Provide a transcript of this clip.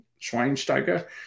Schweinsteiger